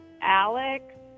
Alex